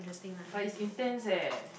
but is intense eh